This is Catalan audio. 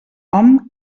hom